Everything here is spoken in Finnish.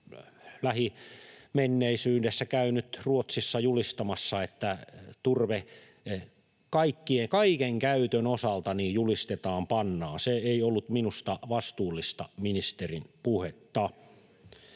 lähimenneisyydessä käynyt Ruotsissa julistamassa, että turve kaiken käytön osalta julistetaan pannaan. Se ei ollut minusta vastuullista ministerin puhetta.